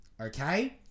Okay